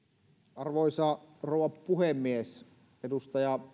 arvoisa rouva puhemies edustaja